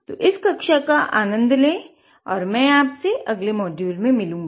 तो इस प्रयोग कक्षा का आनन्द ले और मै आपसे अगले मोड्यूल में मिलूँगा